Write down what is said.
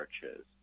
churches